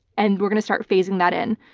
and we're going to start phasing that in.